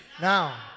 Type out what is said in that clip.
Now